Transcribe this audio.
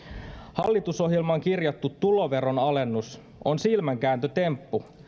hallitusohjelmaan kirjattu tuloveron alennus on silmänkääntötemppu